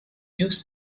use